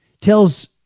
tells